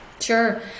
Sure